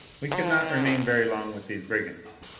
we could not remain very long with these brigands.